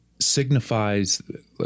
signifies